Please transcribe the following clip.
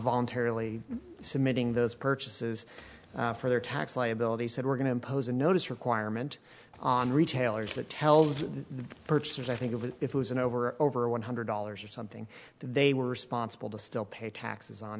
voluntarily submitting those purchases for their tax liability said we're going to impose a notice requirement on retailers that tells the purchasers i think of it if it was an over over one hundred dollars or something they were responsible to still pay taxes on